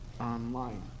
online